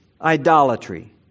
idolatry